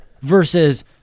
versus